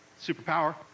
superpower